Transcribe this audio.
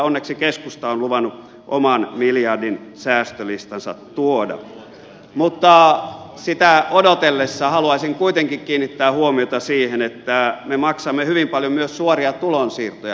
onneksi keskusta on luvannut oman miljardin säästölistansa tuoda mutta sitä odoteltaessa haluaisin kuitenkin kiinnittää huomiota siihen että me maksamme hyvin paljon myös suoria tulonsiirtoja